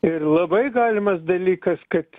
ir labai galimas dalykas kad